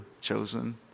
chosen